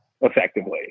effectively